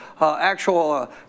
actual